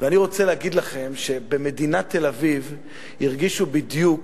ואני רוצה להגיד לכם ש"במדינת תל-אביב" הרגישו בדיוק